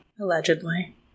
Allegedly